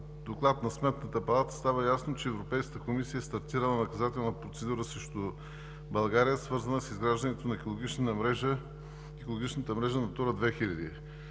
доклад на Сметната палата става ясно, че Европейската комисия е стартирала наказателна процедура срещу България, свързана с изграждането на екологичната мрежа „Натура 2000“.